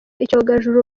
icyogajuru